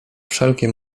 wszelkie